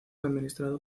administrado